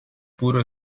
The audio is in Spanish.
puro